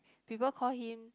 people call him